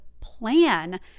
plan